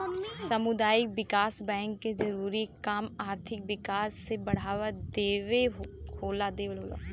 सामुदायिक विकास बैंक के जरूरी काम आर्थिक विकास के बढ़ावा देवल होला